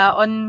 on